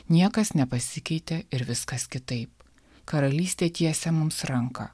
niekas nepasikeitė ir viskas kitaip karalystė tiesia mums ranką